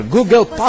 Google